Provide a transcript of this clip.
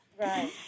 Right